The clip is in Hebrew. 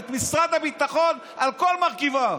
את משרד הביטחון על כל מרכיביו.